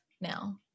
now